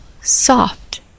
soft